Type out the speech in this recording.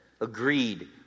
agreed